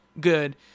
good